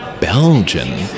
Belgian